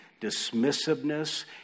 dismissiveness